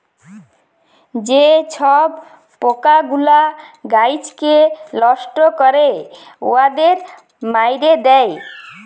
যে ছব পকাগুলা গাহাচকে লষ্ট ক্যরে উয়াদের মাইরে দেয়